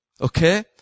Okay